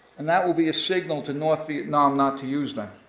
and that will be signal to north vietnam not to use that.